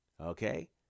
Okay